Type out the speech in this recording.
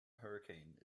hurricane